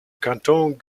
kanton